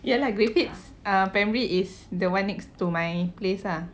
ya lah griffiths uh primary is the one next to my place ah